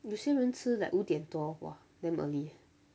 有些人吃 like 五点多 !wah! damn early eh